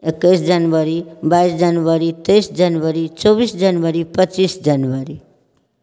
एकैस जनवरी बाइस जनवरी तेइस जनवरी चौबीस जनवरी पच्चीस जनवरी